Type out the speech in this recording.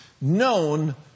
known